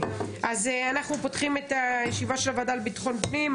אנחנו פותחים את הישיבה של הוועדה לביטחון פנים,